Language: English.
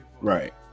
right